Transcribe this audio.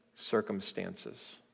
circumstances